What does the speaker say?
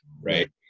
Right